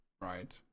Right